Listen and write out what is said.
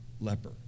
leper